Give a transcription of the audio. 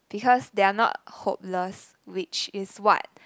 because they are not hopeless which is what